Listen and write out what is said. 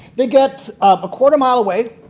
they get a quarter mile away,